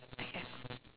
okay